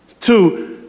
Two